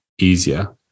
easier